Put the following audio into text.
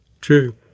true